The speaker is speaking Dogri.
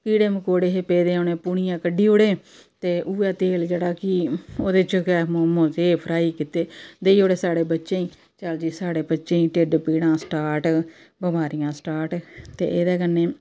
कीडे़ मकोडे़ हे पेदे उ'नें पूनियै कड्ढी ओड़े ते उ'नें तेल जेह्ड़ा कि ओह्दे च गै समोसे फ्राई कीते देई ओड़े साढ़े बच्चें गी चल साढ़े बच्चें गी ढिड्ड पीड़ स्टार्ट बमारियां स्टार्ट ते एह्दे कन्नै